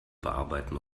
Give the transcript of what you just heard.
bearbeiten